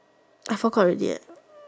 I forgot already